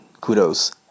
kudos